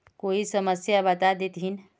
कोई समस्या बता देतहिन?